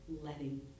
letting